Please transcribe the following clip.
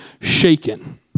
shaken